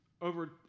over